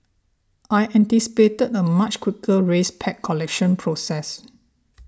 I anticipated a much quicker race pack collection process